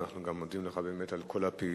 אנחנו גם מודים לך על כל הפעילות,